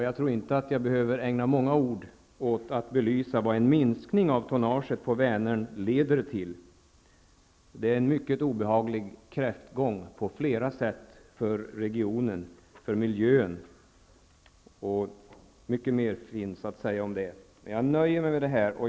Jag tror inte att jag behöver ägna många ord åt att belysa vad en minskning av tonnaget på Vänern leder till. Det är en mycket obehaglig kräftgång på flera sätt för regionen, för miljön. Mycket mera finns att säga om det, men jag nöjer mig med detta.